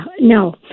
No